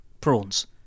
prawns